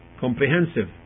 comprehensive